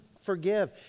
forgive